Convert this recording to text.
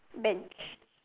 benched